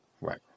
Right